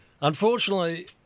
Unfortunately